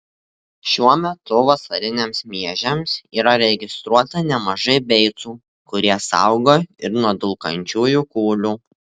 šiuo metu vasariniams miežiams yra registruota nemažai beicų kurie saugo ir nuo dulkančiųjų kūlių